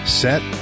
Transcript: set